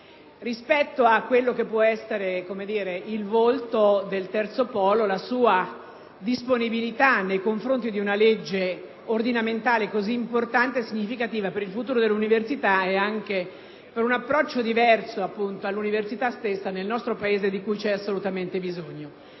rispetto a quello che puoessere il volto del terzo polo, la sua disponibilita nei confronti di una legge ordinamentale cosıimportante e significativa per il futuro dell’universita ed anche per un approccio diverso all’universitastessa nel nostro Paese e di cui c’e assolutamente bisogno.